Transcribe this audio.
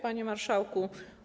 Panie Marszałku!